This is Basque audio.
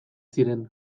ziren